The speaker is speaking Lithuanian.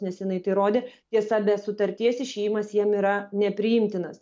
nes jinai tai rodė tiesa be sutarties išėjimas jiem yra nepriimtinas